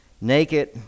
Naked